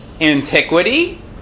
antiquity